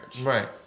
Right